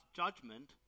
judgment